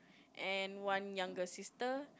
and one younger sister